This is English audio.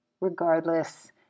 Regardless